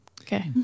Okay